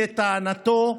לטענתו,